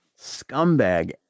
scumbag